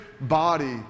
body